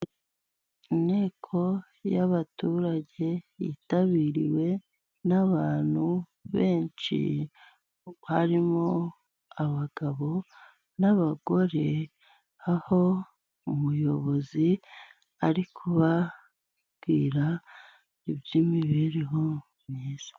Inteko y'abaturage, yitabiriwe n'abantu benshi harimo:abagabo n'abagore, aho umuyobozi ari kubabwira iby'imibereho myiza.